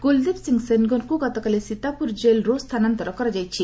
କୁଲଦୀପ ସିଂ ସେନଗରଙ୍କୁ ଗତକାଲି ସୀତାପୁର ଜେଲ୍ରୁ ସ୍ଥାନାନ୍ତର କରାଯାଇଛି